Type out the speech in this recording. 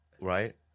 Right